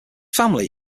family